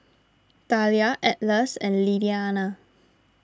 Thalia Atlas and Lilliana